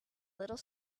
little